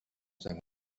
seinem